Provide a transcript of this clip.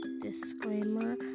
disclaimer